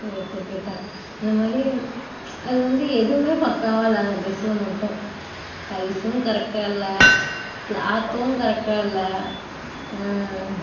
எடுத்துக்கிட்டேன் இந்த மாதிரி அது வந்து எதுவும் பக்காவாக இல்லை அந்த ட்ரெஸ்ஸில் மட்டும் சைஸும் கரெக்டாக இல்ல கிளாத்தும் கரெக்டாக இல்ல